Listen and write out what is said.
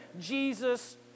Jesus